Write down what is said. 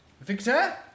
Victor